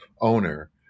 owner